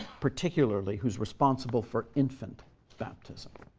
particularly, who's responsible for infant baptism.